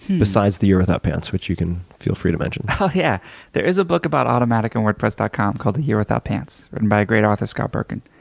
besides the year without pants, which you can feel free to mention. yeah there is a book about automattic and wordpress dot com called the year without pants, written by a great author, scott berkun.